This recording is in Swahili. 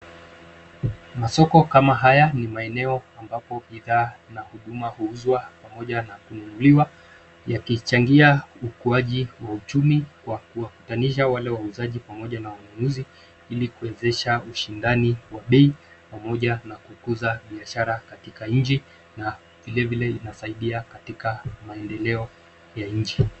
Masoko kama haya ni maeneo ambapo bidhaa na huduma huuzwa pamoja na kununuliwa yakichangia ukuaji wa uchumi kwa kuwakutanisha wale wauzaji pamoja na wanunuzi ili kuwezesha ushindani wa bei pamoja na kukuza biashara katika nchi na vilevile inasaidia katika maendeleo ya nchi.